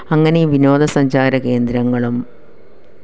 അങ്ങനെ വിനോദസഞ്ചാര കേന്ദ്രങ്ങളും